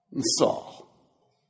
Saul